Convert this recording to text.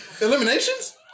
Eliminations